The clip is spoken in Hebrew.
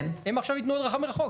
הם עכשיו יתנו הדרכה מרחוק,